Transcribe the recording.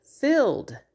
filled